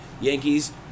Yankees